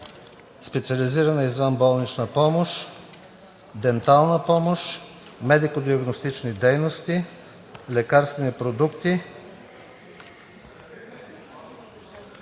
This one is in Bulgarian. специализирана извънболнична помощ, дентална помощ, медико-диагностични дейности, лекарствени продукти,